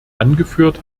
angeführt